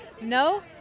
No